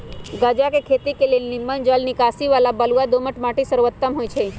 गञजा के खेती के लेल निम्मन जल निकासी बला बलुआ दोमट माटि सर्वोत्तम होइ छइ